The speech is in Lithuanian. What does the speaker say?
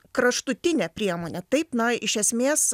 kraštutinė priemonė taip na iš esmės